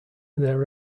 there